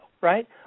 right